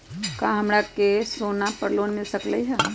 का हमरा के सोना पर लोन मिल सकलई ह?